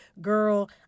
girl